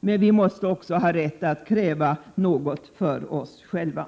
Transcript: men vi måste också ha rätt att kräva något för oss själva.